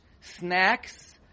snacks